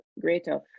greater